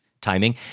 timing